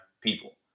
people